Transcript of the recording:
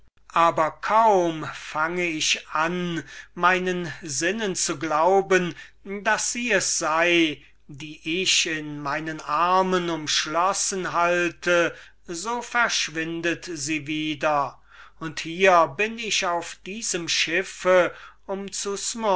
aber kaum fange ich an meinen sinnen zu glauben daß sie es sei die ich in meinen armen umschlossen halte so verschwindet sie wieder und ich finde mich auf diesem schiffe um